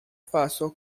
faso